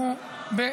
אגב,